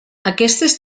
aquestes